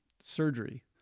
surgery